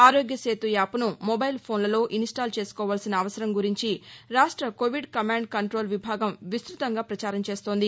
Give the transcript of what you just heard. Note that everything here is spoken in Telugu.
ఆరోగ్య సేతు యాప్ను మొబైల్ ఫోస్లలో ఇన్స్టాల్ చేసుకోవలసిన అవసరం గురించి రాష్ట కోవిడ్ కమాండ్ కంటోల్ విభాగం విస్తృతంగా పచారం చేస్తోంది